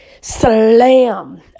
slam